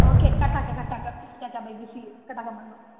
okay कटाक कटाक केटा बै बै सि यु कटाकं मणु